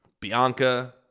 Bianca